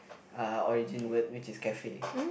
uh origin word which is cafe